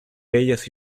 bellas